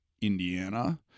Indiana